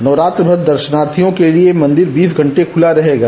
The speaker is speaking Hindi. नवरात्र भर दर्शनार्थियों के लिये मंदिर बीस घंटे खुला रहेगा